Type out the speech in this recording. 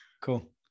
Cool